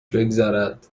بگذرد